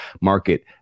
Market